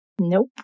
Nope